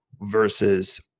versus